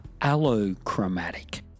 allochromatic